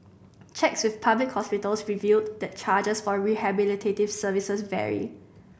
checks with public hospitals revealed that charges for rehabilitative services vary